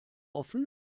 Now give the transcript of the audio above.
offen